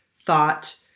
thought